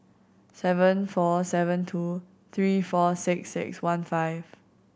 seven four seven two three four six six one five